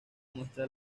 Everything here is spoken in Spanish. muestra